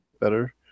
better